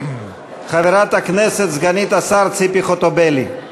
חברת הכנסת סגנית השר ציפי חוטובלי.